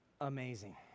amazing